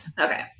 Okay